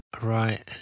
Right